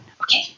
Okay